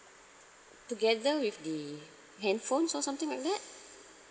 together with the handphones or something like that